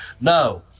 No